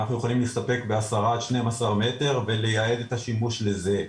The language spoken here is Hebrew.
אנחנו יכולים להסתפק ב-10 עד 12 מטר ולייעד את השימוש לזה.